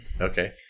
Okay